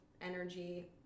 energy